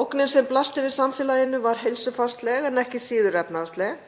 Ógnin sem blasti við samfélaginu var heilsufarsleg en ekki síður efnahagsleg